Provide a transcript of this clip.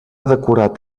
decorat